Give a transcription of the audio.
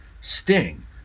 Sting